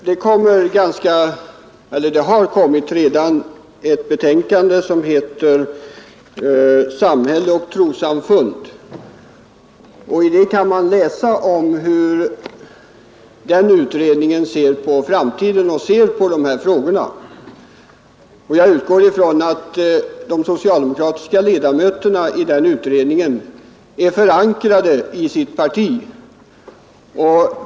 Herr talman! Det har kommit ett betänkande som heter ”Samhälle och trossamfund”, och i det kan man läsa om hur den utredningen ser på dessa frågor och hur den ser på framtiden. Jag utgår från att de socialdemokratiska ledamöterna i den utredningen är förankrade i sitt parti.